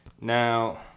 Now